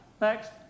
Next